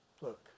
Look